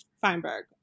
Feinberg